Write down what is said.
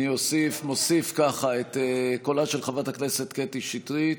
אני מוסיף ככה: את קולה של חברת הכנסת קטי שטרית,